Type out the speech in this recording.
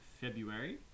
February